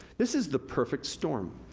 this is the perfect storm,